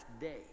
day